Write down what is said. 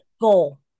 goal